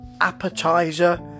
appetizer